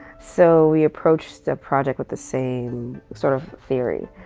so we approach the project with the same sort of theory.